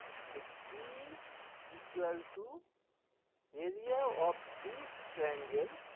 so c equal to area of this triangle